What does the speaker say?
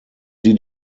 sie